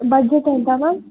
budget ఎంతన్నారు